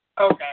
Okay